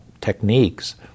techniques